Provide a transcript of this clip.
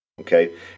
okay